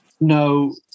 no